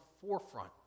forefront